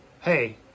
hey